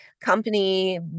company